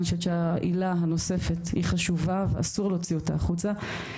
אני חושבת שהעילה הנוספת היא חשובה ואסור להוציא אותה החוצה.